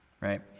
right